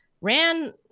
ran